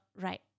right